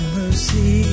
mercy